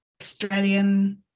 Australian